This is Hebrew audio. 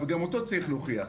גם אותו צריך להוכיח.